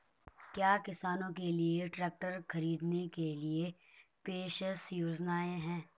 क्या किसानों के लिए ट्रैक्टर खरीदने के लिए विशेष योजनाएं हैं?